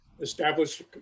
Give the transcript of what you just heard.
established